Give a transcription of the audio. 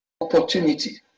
opportunity